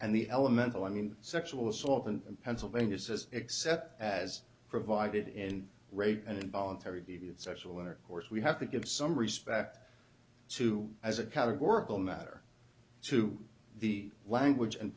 and the elemental i mean sexual assault in pennsylvania says except as provided in rape and involuntary deviant sexual intercourse we have to give some respect to as a categorical matter to the language and